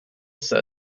said